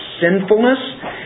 sinfulness